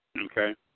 Okay